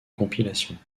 compilations